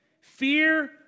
Fear